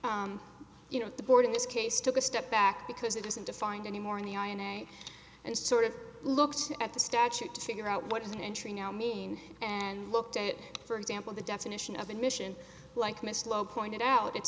you know the board in this case took a step back because it isn't defined in the morning and sort of looked at the statute to figure out what is an entry now mean and looked at for example the definition of admission like miss low pointed out it's